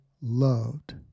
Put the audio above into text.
loved